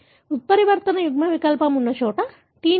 ఉత్పరివర్తన యుగ్మవికల్పం ఉన్న చోట T ని A